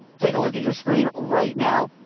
take a look at your screen right now.